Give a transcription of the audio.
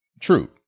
True